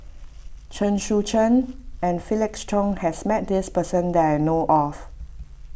Chen Sucheng and Felix Cheong has met this person that I know of